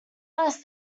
less